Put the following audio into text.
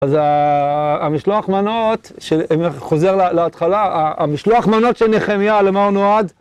אז המשלוח מנות, חוזר להתחלה, המשלוח מנות של נחמיה, למה הוא נועד?